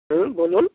হুম বলুন